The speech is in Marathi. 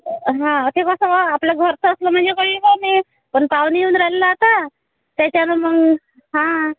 हा ते कसं हो आपल्या घरचं असलं म्हणजे काही हे नाही पण पाहुणे येऊन राहिले आता त्याच्यानं मग हा